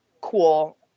cool